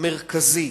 המרכזי,